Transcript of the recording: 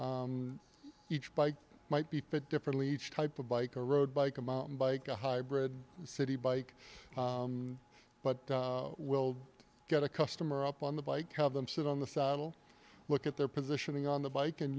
buy each bike might be fit differently each type of bike a road bike a mountain bike a hybrid city bike but we'll get a customer up on the bike have them sit on the saddle look at their positioning on the bike and